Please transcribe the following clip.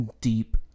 deep